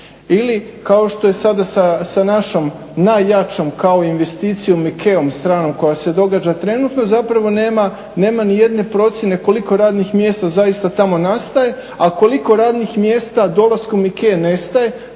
Ili kao što je to sada sa našom najjačom kao investicijom IKEA-om stranom koja se događa trenutno nema nijedne procjene koliko radnih mjesta zaista tamo nastaje, a koliko radnih mjesta dolaskom IKEA-e nestaje,